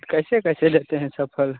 कैसे कैसे लेते हैं सफर